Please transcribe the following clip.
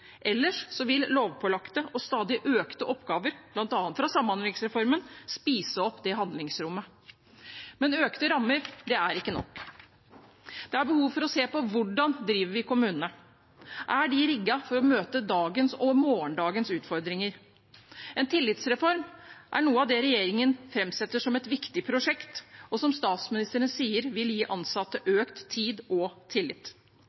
vil lovpålagte og stadig økte oppgaver, bl.a. fra samhandlingsreformen, spise opp det handlingsrommet. Men økte rammer er ikke nok. Det er behov for å se på hvordan vi driver kommunene. Er de rigget for å møte dagens og morgendagens utfordringer? En tillitsreform er noe av det regjeringen framsetter som et viktig prosjekt, og som statsministeren sier vil gi ansatte økt tid og tillit.